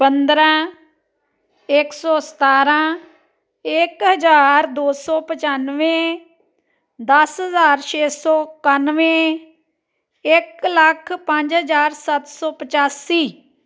ਪੰਦਰ੍ਹਾਂ ਇੱਕ ਸੌ ਸਤਾਰ੍ਹਾਂ ਇੱਕ ਹਜ਼ਾਰ ਦੋ ਸੌ ਪਚਾਨਵੇਂ ਦਸ ਹਜ਼ਾਰ ਛੇ ਸੌ ਇਕਾਨਵੇਂ ਇੱਕ ਲੱਖ ਪੰਜ ਹਜ਼ਾਰ ਸੱਤ ਸੌ ਪਚਾਸੀ